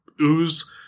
ooze